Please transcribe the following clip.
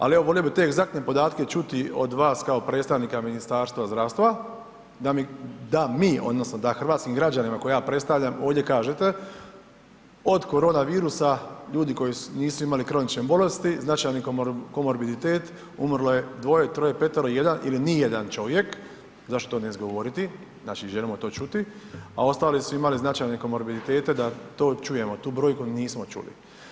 Ali, evo volio bi te egzaktne podatke čuti od vas kao predstavnika Ministarstva zdravstva da mi, da mi odnosno da hrvatskim građanima koje ja predstavljam ovdje kažete od koronavirusa ljudi koji nisu imali kronične bolesti značajni komorbiditet umrlo je dvoje, troje, petero, jedan ili nijedan čovjek, zašto ne izgovoriti, znači želimo to čuti, a ostali su imali značajne komorbiditete da to čujemo, tu brojku nismo čuli.